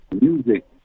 Music